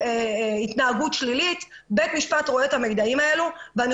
התנהגות שלילית - בית המשפט רואה את המידעים האלה ואני